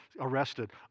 arrested